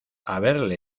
haberle